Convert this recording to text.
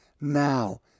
now